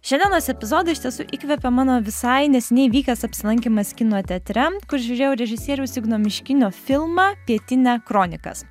šiandienos epizodą iš tiesų įkvepė mano visai neseniai vykęs apsilankymas kino teatre kur žiūrėjau režisieriaus igno miškinio filmą pietinia kronikas